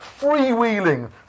freewheeling